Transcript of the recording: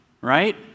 right